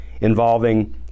involving